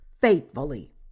faithfully